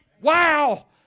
Wow